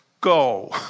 Go